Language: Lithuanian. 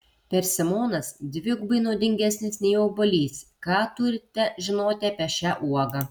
persimonas dvigubai naudingesnis nei obuolys ką turite žinoti apie šią uogą